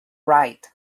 write